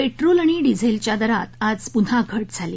petrol आणि डीझेलच्या दरात आज पून्हा घट झाली